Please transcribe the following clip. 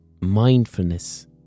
mindfulness